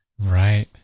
Right